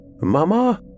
Mama